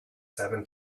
seven